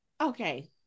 Okay